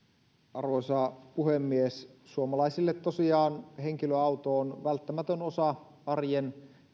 arvoisa puhemies suomalaisille tosiaan henkilöauto on välttämätön osa niin arjen